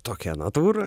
tokia natūra